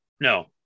No